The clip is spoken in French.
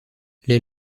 les